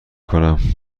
کنم